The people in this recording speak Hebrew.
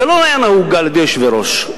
זה לא היה נהוג על-ידי יושבי-ראש.